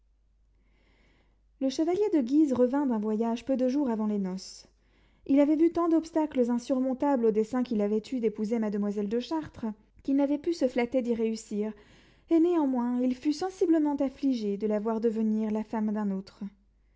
le chevalier de guise revint d'un voyage peu de jours avant les noces il avait vu tant d'obstacles insurmontables au dessein qu'il avait eu d'épouser mademoiselle de chartres qu'il n'avait pu se flatter d'y réussir et néanmoins il fut sensiblement affligé de la voir devenir la femme d'un autre